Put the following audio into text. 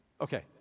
Okay